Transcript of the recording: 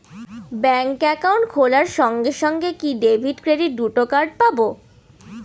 Bank account খোলার সঙ্গে সঙ্গে কি ডেবিট ক্রেডিট দুটো কার্ড পাবো?